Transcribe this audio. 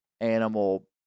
animal